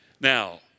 Now